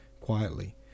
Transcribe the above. quietly